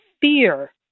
fear